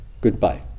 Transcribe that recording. goodbye